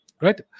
right